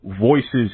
voices